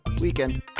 weekend